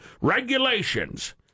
regulations